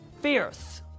Fierce